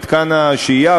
מתקן השהייה,